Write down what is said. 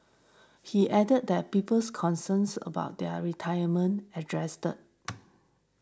he added that people's concerns about their retirement addressed